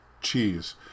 cheese